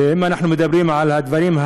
ואם אנחנו מדברים על הדברים,